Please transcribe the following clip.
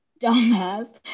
dumbass